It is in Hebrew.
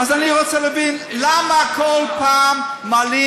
אז אני רוצה להבין, למה כל פעם מעלים?